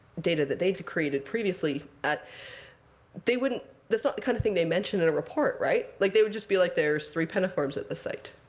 data that they'd created previously. they wouldn't that's not the kind of thing they mentioned in a report, right? like, they would just be like, there's three penniforms at this site.